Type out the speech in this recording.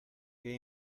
que